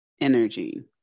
energy